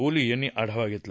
ओली यांनी आढावा घेतला